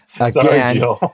again